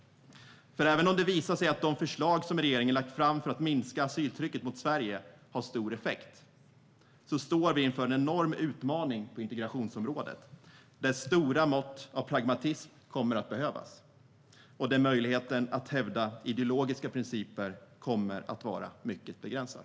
Även om det visar sig att de förslag som regeringen har lagt fram för att minska asyltrycket mot Sverige har stor effekt, står vi inför en enorm utmaning på integrationsområdet där stora mått av pragmatism kommer att behövas och där möjligheten att hävda ideologiska principer kommer att vara mycket begränsad.